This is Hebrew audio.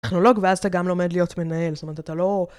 טכנולוג ואז אתה גם לומד להיות מנהל, זאת אומרת, אתה לא...